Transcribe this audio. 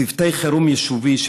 צוותי חירום יישוביים,